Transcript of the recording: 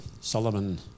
Solomon